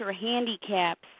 handicaps